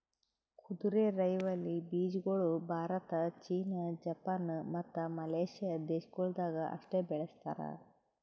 ಕುದುರೆರೈವಲಿ ಬೀಜಗೊಳ್ Bharat, China, Japan, ಮತ್ತ ಮಲೇಷ್ಯಾ ದೇಶಗೊಳ್ದಾಗ್ ಅಷ್ಟೆ ಬೆಳಸ್ತಾರ್